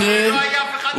אתה יודע מה, אדוני היושב-ראש?